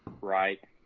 right